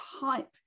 type